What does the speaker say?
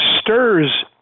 stirs